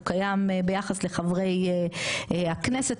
הוא קיים ביחס לחברי הכנסת,